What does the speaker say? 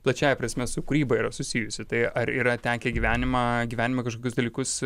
plačiąja prasme su kūryba yra susijusi tai ar yra tekę gyvenimą gyvenime kažkokius dalykus